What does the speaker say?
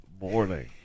morning